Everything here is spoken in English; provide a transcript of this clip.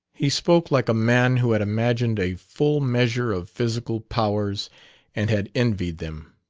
he spoke like a man who had imagined a full measure of physical powers and had envied them.